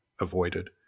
avoided